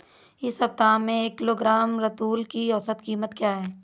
इस सप्ताह में एक किलोग्राम रतालू की औसत कीमत क्या है?